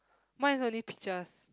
mine is only pictures